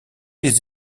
les